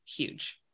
huge